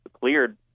cleared